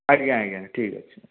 ଆଜ୍ଞା ଆଜ୍ଞା ଠିକ୍ ଅଛି